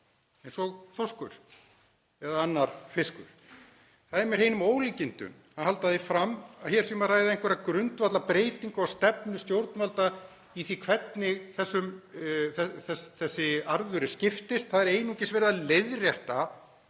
eins og þorskur eða annar fiskur. Það er með hreinum ólíkindum að halda því fram að hér sé um að ræða einhverja grundvallarbreytingu á stefnu stjórnvalda í því hvernig þessi arður skiptist. Það er einungis verið að leiðrétta